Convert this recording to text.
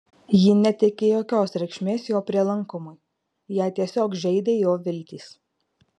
ji neteikė jokios reikšmės jo prielankumui ją tiesiog žeidė jo viltys